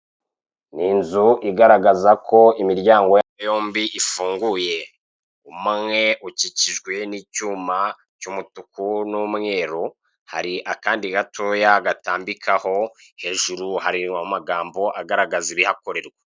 Ni inzu igaragazako imiryango yayo yombi ifunguye, umwe ikikijwe n' icyuma cy' umutuku n' umweru, hari akandi gatoya gatambikaho ,hejuru hariho amagambo agaragaza ibihakorerwa.